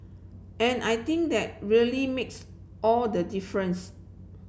and I think that really makes all the difference